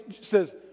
says